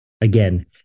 Again